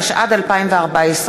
התשע"ד 2014,